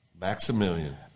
Maximilian